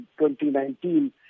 2019